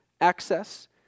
access